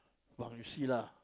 but you see lah